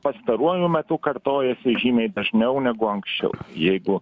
pastaruoju metu kartojasi žymiai dažniau negu anksčiau jeigu